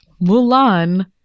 Mulan